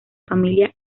familia